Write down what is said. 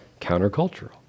countercultural